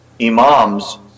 Imams